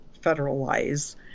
federalize